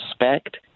respect